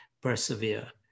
persevere